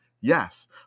Yes